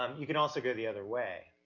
um you can also go the other way.